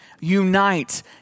unite